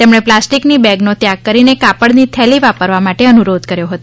તેમણે પ્લાસ્ટીકની બેગનો ત્યાગ કરીને કાપડની થેલી વાપરવા માટે અનુરોધ કર્યો હતો